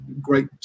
great